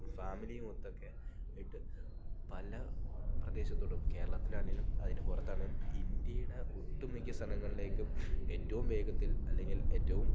ഫാമിലിയുമൊത്തൊക്കെ പോയിട്ട് പല പ്രദേശത്തോട്ടും കേരളത്തിലാണേലും അതിന് പുറത്താണേലും ഇന്ത്യയുടെ ഒട്ടുമിക്ക സലങ്ങളിലേക്കും ഏറ്റവും വേഗത്തിൽ അല്ലെങ്കിൽ ഏറ്റവും